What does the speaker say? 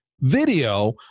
video